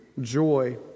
joy